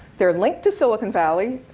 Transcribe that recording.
they're linked to silicon valley.